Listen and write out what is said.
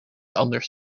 anders